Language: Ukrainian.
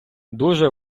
дуже